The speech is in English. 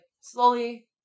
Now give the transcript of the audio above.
slowly